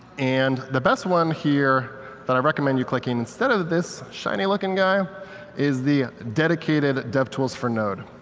and the best one here that i recommend you clicking instead of this shiny-looking guy is the dedicated devtools for node.